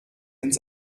ins